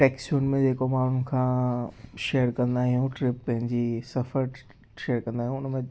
टैक्सुनि में जेको माण्हूअ खां शेयर कंदा आहियूं ट्रिप पंहिंजी सफ़रु शेयर कंदा आहियूं हुन में